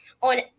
on